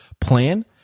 plan